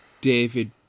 David